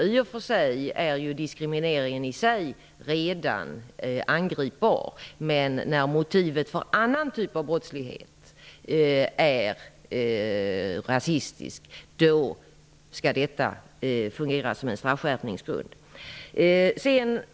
I och för sig är diskrimineringen i sig redan angripbar, men när motivet för annan typ av brottslighet är rasistiskt skall detta fungera som en straffskärpningsgrund.